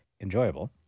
enjoyable